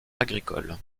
agricole